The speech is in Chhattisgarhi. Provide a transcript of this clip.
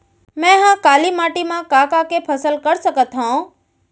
मै ह काली माटी मा का का के फसल कर सकत हव?